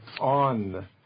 on